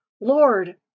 lord